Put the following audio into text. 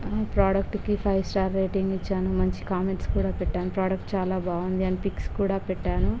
ఈ ప్రాడెక్టుకి five star rating ఇచ్చాను మంచి కామెంట్స్ కూడా పెట్టాను ప్రాడక్ట్ చాలా బాగుంది అని పిక్స్ కూడా పెట్టాను